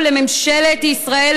ולממשלת ישראל,